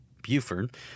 Buford